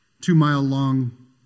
two-mile-long